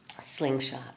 Slingshot